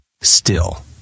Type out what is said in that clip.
Still